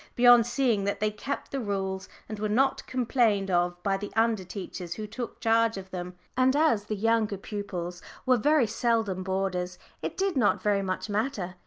beyond seeing that they kept the rules and were not complained of by the under teachers who took charge of them. and as the younger pupils were very seldom boarders it did not very much matter,